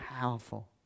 powerful